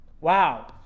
Wow